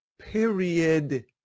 period